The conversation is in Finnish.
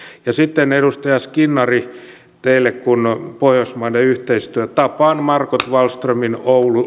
ja sitten edustaja skinnari teille kun pohjoismaiden yhteistyö tapaan margot wallströmin